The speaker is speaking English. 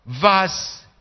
Verse